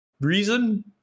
reason